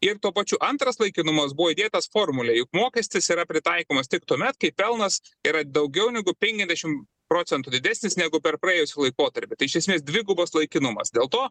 ir tuo pačiu antras laikinumas buvo įdėtas formulėj mokestis yra pritaikomas tik tuomet kai pelnas yra daugiau negu penkiasdešim procentų didesnis negu per praėjusį laikotarpį tai iš esmės dvigubas laikinumas dėl to